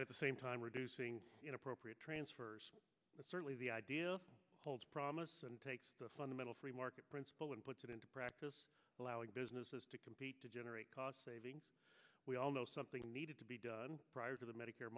patients at the same time reducing inappropriate transfers but certainly the idea holds promise and takes a fundamental free market principle and puts it into practice allowing businesses to compete to generate cost savings we all know something needed to be done prior to the medicare